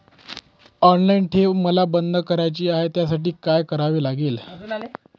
Online ठेव मला बंद करायची आहे, त्यासाठी काय करावे लागेल?